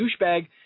douchebag